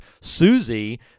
Susie